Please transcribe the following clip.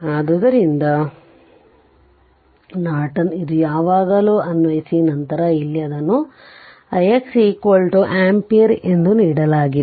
ಆದ್ದರಿಂದ ನಾರ್ಟನ್ ಇದನ್ನು ಯಾವಾಗಲಾದರೂ ಅನ್ವಯಿಸಿ ನಂತರ ಇಲ್ಲಿ ಅದನ್ನು ix ಆಂಪಿಯರ್ ಎಂದು ನೀಡಲಾಗಿದೆ